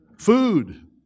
Food